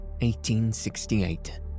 1868